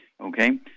Okay